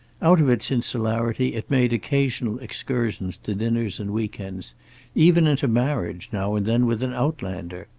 out of its insularity it made occasional excursions to dinners and week-ends even into marriage, now and then with an outlander.